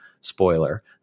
spoiler